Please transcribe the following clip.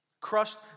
crushed